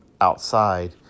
outside